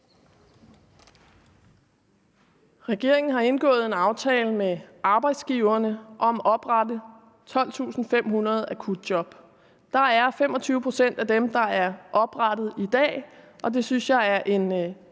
Regeringen har indgået en aftale med arbejdsgiverne om at oprette 12.500 akutjob. 25 pct. af de job er i dag blevet oprettet, og det synes jeg er en